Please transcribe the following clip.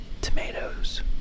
tomatoes